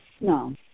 no